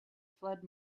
flood